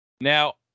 Now